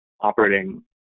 operating